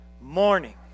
morning